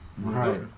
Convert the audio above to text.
Right